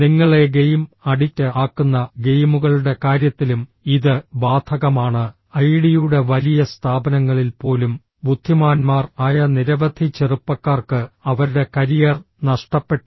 നിങ്ങളെ game addict ആക്കുന്ന ഗെയിമുകളുടെ കാര്യത്തിലും ഇത് ബാധകമാണ് ഐഐടിയുടെ വലിയ സ്ഥാപനങ്ങളിൽ പോലും ബുദ്ധിമാന്മാർ ആയ നിരവധി ചെറുപ്പക്കാർക്ക് അവരുടെ കരിയർ നഷ്ടപ്പെട്ടു